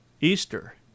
Easter